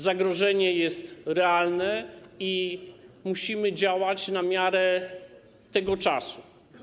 Zagrożenie jest realne i musimy działać na miarę tego czasu.